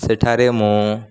ସେଠାରେ ମୁଁ